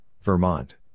Vermont